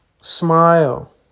Smile